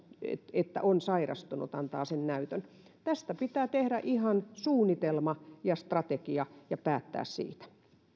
että on sairastunut tästä pitää tehdä ihan suunnitelma ja strategia ja päättää siitä